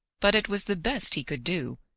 but it was the best he could do,